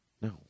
No